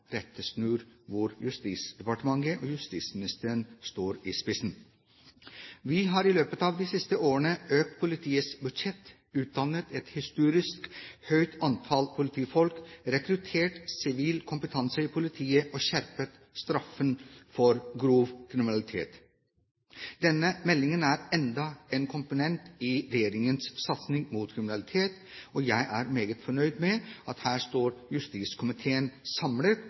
Justisdepartementet og justisministeren står i spissen. Vi har løpet av de siste årene økt politiets budsjett, utdannet et historisk høyt antall politifolk, rekruttert sivil kompetanse i politiet og skjerpet straffen for grov kriminalitet. Denne meldingen er enda en komponent i regjeringens satsing mot kriminalitet. Jeg er meget fornøyd med at her står justiskomiteen samlet